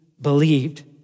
believed